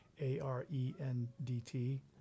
A-R-E-N-D-T